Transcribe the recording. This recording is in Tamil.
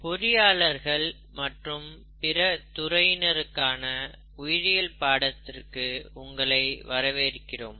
பொறியாளர்கள் மற்றும் பிற துறையினருக்கான உயிரியல் பாடத்திற்கு உங்களை வரவேற்கிறோம்